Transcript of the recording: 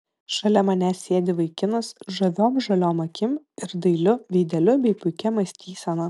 šalia manęs sėdi vaikinas žaviom žaliom akim ir dailiu veideliu bei puikia mąstysena